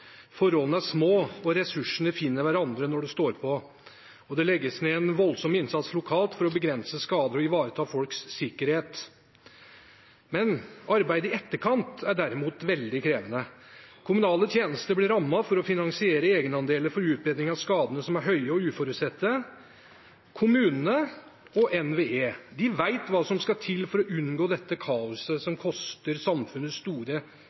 Forholdene er små, ressursene finner hverandre når det står på, og det legges ned en voldsom innsats lokalt for å begrense skader og ivareta folks sikkerhet. Men arbeidet i etterkant er derimot veldig krevende. Kommunale tjenester blir rammet for å finansiere egenandeler for utbedring av skadene, som er høye og uforutsette. Kommunene og NVE vet hva som skal til for å unngå dette kaoset som koster samfunnet store